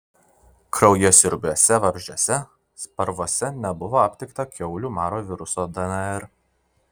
kraujasiurbiuose vabzdžiuose sparvose nebuvo aptikta kiaulių maro viruso dnr